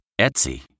Etsy